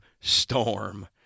storm